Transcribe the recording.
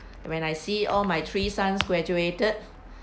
when I see all my three sons graduated